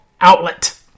outlet